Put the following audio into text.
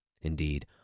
Indeed